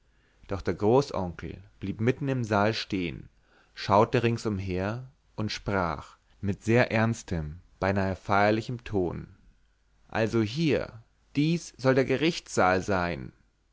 doch der großonkel blieb mitten im saal stehen schaute ringsumher und sprach mit sehr ernstem beinahe feierlichem ton also hier dies soll der gerichtssaal sein